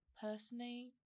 personally